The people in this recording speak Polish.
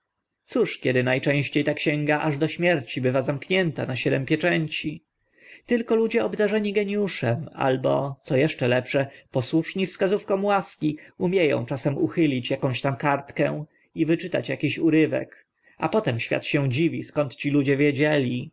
cóż kiedy na częście ta księga aż do śmierci bywa zamknięta na siedm pieczęci tylko ludzie obdarzeni geniuszem albo co eszcze lepsze posłuszni wskazówkom łaski umie ą czasem odchylić tam akąś kartkę i wyczytać akiś urywek a potem świat się dziwi skąd ci ludzie wiedzieli